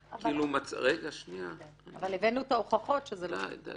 -- אבל הבאנו את ההוכחות שזה לא מיותר.